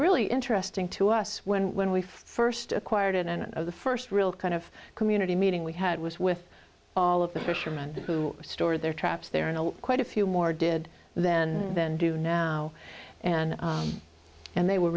really interesting to us when when we first acquired it and of the first real kind of community meeting we had was with all of the fisherman who stored their traps there in a quite a few more did then than do now and and they were